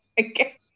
Okay